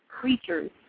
creatures